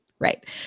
Right